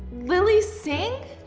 lilly singh?